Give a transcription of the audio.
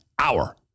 hour